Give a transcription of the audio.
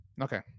okay